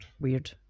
Weird